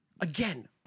Again